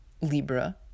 libra